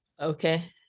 Okay